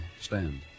stand